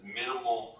minimal